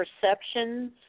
perceptions